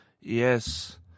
Yes